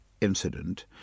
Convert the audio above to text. incident